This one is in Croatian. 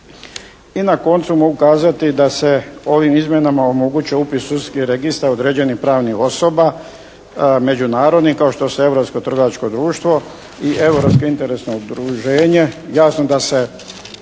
I na koncu mogu kazati da se ovim izmjenama omogućio upis u sudski registar određenih pravnih osoba međunarodnih kao što su Europsko trgovačko društvo i Europsko interesno udruženje. Jasno da se